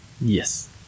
Yes